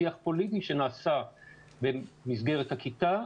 שיח פוליטי שנעשה במסגרת הכיתה,